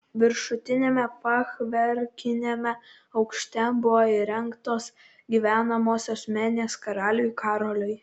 viršutiniame fachverkiniame aukšte buvo įrengtos gyvenamosios menės karaliui karoliui